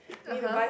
(uh huh)